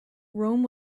rome